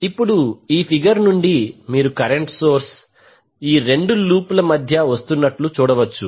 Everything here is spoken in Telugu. ఇప్పుడు ఈ ఫిగర్ నుండి మీరు కరెంట్ సోర్స్ ఈ రెండు లూప్ ల మధ్య వస్తున్నట్లు చూడవచ్చు